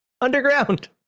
Underground